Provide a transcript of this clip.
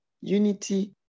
unity